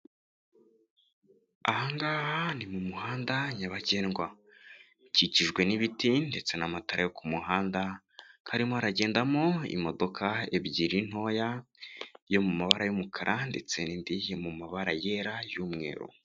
Aha ngaha ni mu muhanda nyabagendwa ukikijwe n'ibiti ndetse n'amatara yo ku muhanda, hakaba harimo haragendamo imodoka ebyiri ntoya, iyo mu mabara y'umukara ndetse n'indi yo mu mabara yera y'umweru.